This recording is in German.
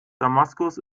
damaskus